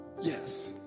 Yes